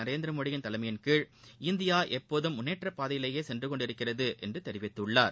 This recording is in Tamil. நரேந்திரமோடியின் தலைமையின் கீழ் இந்தியா எப்போதும் முன்னேற்றப் பாதையிலேயே சென்று கொண்டிருக்கிறது என்று கூறியுள்ளார்